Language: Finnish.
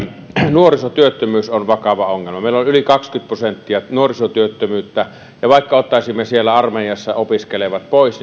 nuorisotyöttömyys on vakava ongelma meillä on yli kaksikymmentä prosenttia nuorisotyöttömyyttä ja vaikka ottaisimme sieltä armeijassa opiskelevat pois